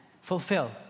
fulfill